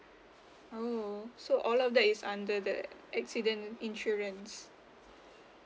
oh so all of that is under the accident insurance